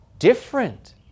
different